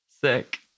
sick